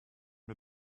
mit